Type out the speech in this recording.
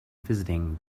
visiting